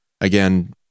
Again